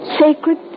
Sacred